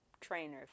trainer